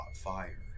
fire